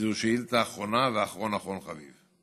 זו שאילתה אחרונה, ואחרון אחרון חביב.